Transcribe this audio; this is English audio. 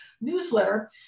newsletter